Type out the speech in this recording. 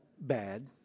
bad